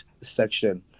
section